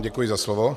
Děkuji za slovo.